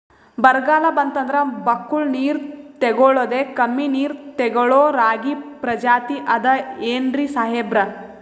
ಬರ್ಗಾಲ್ ಬಂತಂದ್ರ ಬಕ್ಕುಳ ನೀರ್ ತೆಗಳೋದೆ, ಕಮ್ಮಿ ನೀರ್ ತೆಗಳೋ ರಾಗಿ ಪ್ರಜಾತಿ ಆದ್ ಏನ್ರಿ ಸಾಹೇಬ್ರ?